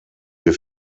wir